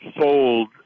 sold